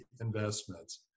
investments